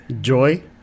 Joy